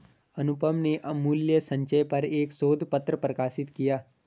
अनुपम ने मूल्य संचय पर एक शोध पत्र प्रकाशित किया